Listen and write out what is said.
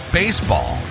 baseball